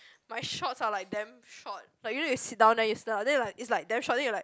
my shorts are like damn short like you know you sit down then you stand up then like it's like damn short then you like